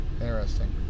Interesting